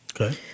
Okay